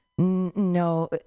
No